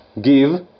give